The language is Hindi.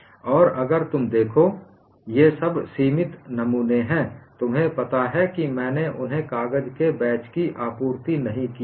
और अगर तुम देखो ये सब सीमित नमूने हैं तुम्हें पता है कि मैंने उन्हें कागज के बैच की आपूर्ति नहीं की है